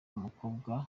umukobwa